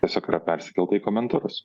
tiesiog yra persikelta į komentarus